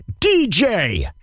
DJ